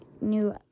new